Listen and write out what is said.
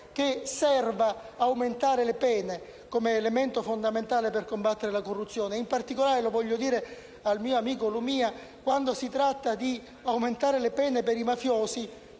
che serva aumentare le pene, come elemento fondamentale per combattere la corruzione. In particolare lo voglio dire al mio amico Lumia: quando si tratta di aumentare le pene per i mafiosi,